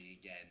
again